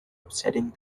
upsetting